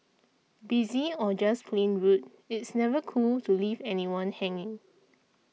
busy or just plain rude it's never cool to leave anyone hanging